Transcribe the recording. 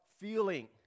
feeling